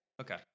Okay